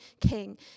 king